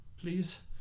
Please